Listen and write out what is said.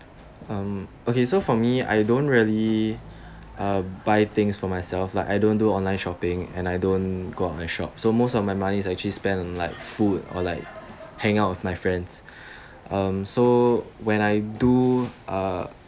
um okay so for me I don't really uh buy things for myself like I don't do online shopping and I don't go out and shop so most of my money is actually spent like food or like hang out with my friends um so when I do uh